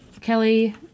kelly